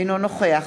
אינו נוכח